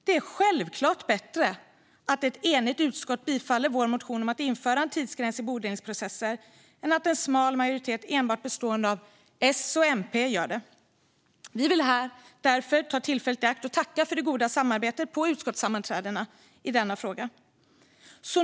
Det är självklart bättre att ett enigt utskott står bakom vår motion om att införa en tidsgräns i bodelningsprocesser än att en smal majoritet enbart bestående av S och MP gör det. Vi vill därför här ta tillfället i akt att tacka för det goda samarbetet på utskottssammanträdena i denna fråga.